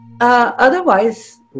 Otherwise